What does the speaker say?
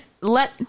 let